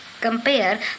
Compare